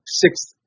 sixth